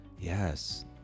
Yes